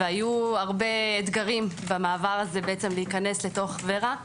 היו הרבה אתגרים במעבר הזה להיכנס לור"ה.